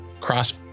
cross